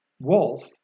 wolf